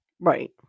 Right